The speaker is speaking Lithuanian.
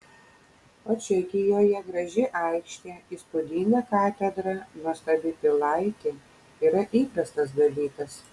o čekijoje graži aikštė įspūdinga katedra nuostabi pilaitė yra įprastas dalykas